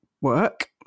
work